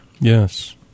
Yes